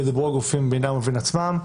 ידברו הגופים בינם לבין עצמם,